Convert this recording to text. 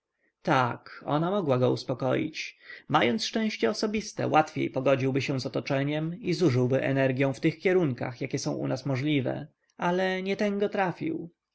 tak ona mogła go uspokoić mając szczęście osobiste łatwiej pogodziłby się z otoczeniem i zużyłby energią w tych kierunkach jakie są u nas możliwe ale nietęgo trafił